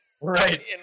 Right